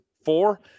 four